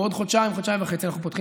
בעוד חודשיים-חודשים וחצי אנחנו פותחים